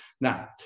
Now